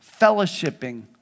fellowshipping